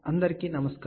అందరికీ నమస్కారం